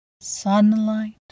Sunlight